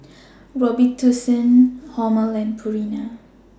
Robitussin Hormel and Purina